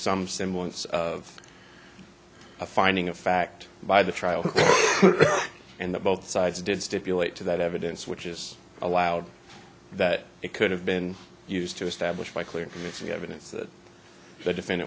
some semblance of a finding of fact by the trial and that both sides did stipulate to that evidence which is allowed that it could have been used to establish by clear from its of evidence that the defendant